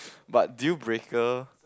but deal breaker